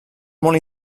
molt